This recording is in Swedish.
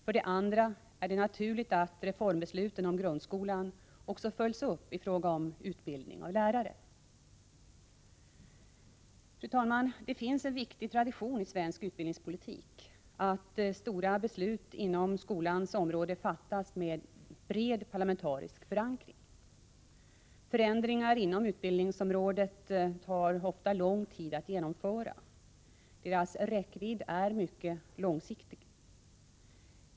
För det andra är det naturligt att reformbesluten om grundskolan också följs upp i fråga om utbildningen av lärare. Fru talman! Det finns en viktig tradition i svensk utbildningspolitik, att stora beslut inom skolans område fattas med en bred parlamentarisk förankring. Förändringar inom utbildningsområdet tar ofta lång tid att genomföra. Deras räckvidd är mycket långsiktig.